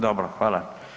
Dobro, hvala.